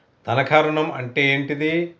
తనఖా ఋణం అంటే ఏంటిది?